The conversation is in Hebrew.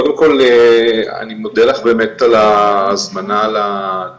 קודם כל אני מודה לך באמת על ההזמנה לדיון